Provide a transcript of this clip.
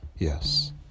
Yes